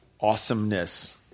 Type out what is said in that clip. awesomeness